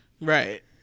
Right